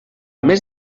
més